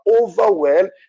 overwhelmed